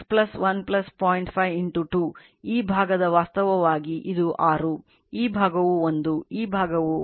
5 2 ಈ ಭಾಗದ ವಾಸ್ತವವಾಗಿ ಇದು 6 ಈ ಭಾಗವು 1 ಈ ಭಾಗವು ವಾಸ್ತವವಾಗಿ 0